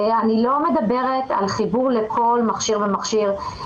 אני לא מדברת על חיבור לכל מכשיר ומכשיר.